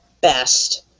best